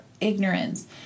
ignorance